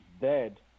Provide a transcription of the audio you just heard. dead